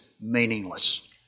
meaningless